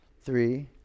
three